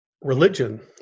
religion